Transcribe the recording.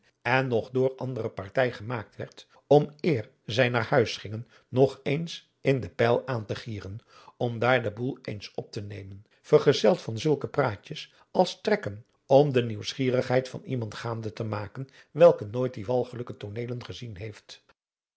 en nog door andere partij gemaakt werd om eer zij naar huis gingen nog eens in den pyl aan te gieren om daar den boel eens op te nemen vergezeld van zulke praatjes als strekken om de nieuwsgierigheid van iemand gaande te maken welke nooit die walgelijke tooneelen gezien heeft